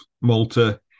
Malta